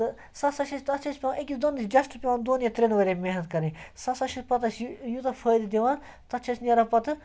تہٕ سُہ ہَسا چھِ اَسہِ تَتھ چھِ اَسہِ پٮ۪وان أکِس دۄن نِش جَسٹ پٮ۪وان دۄن یا ترٛٮ۪ن ؤرِیَن محنت کرٕنۍ سُہ ہَسا چھِ پَتہٕ اَسہِ یوٗتاہ فٲیدٕ دِوان تَتھ چھِ اَسہِ نیران پَتہٕ